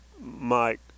Mike